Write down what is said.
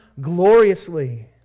gloriously